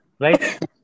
Right